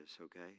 okay